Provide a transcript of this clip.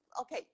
okay